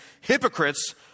hypocrites